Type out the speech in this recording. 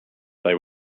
they